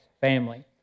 family